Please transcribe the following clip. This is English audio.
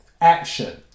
Action